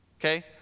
okay